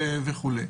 גדולות וכולי.